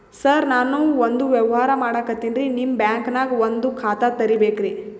ಸರ ನಾನು ಒಂದು ವ್ಯವಹಾರ ಮಾಡಕತಿನ್ರಿ, ನಿಮ್ ಬ್ಯಾಂಕನಗ ಒಂದು ಖಾತ ತೆರಿಬೇಕ್ರಿ?